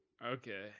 Okay